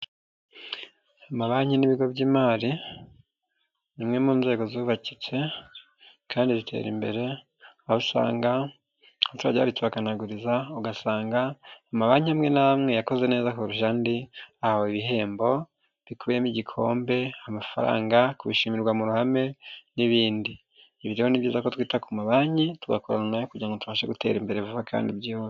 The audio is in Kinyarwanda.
Amabanki n'ibigo by'imari, ni imwe mu nzego zubakitse kandi zitera imbere, aho usanga abaturage babitsa bakanaguriza, ugasanga amabanki amwe n'amwe yakoze neza kurusha andi, ahawe ibihembo, babikuyemo igikombe, amafaranga, kubishimirwa mu ruhame n'ibindi, ibyo ni byiza ko twita ku mabanki, tugakorana na yo kugira ngo tubashe gutera imbere vuba kandi byihuse.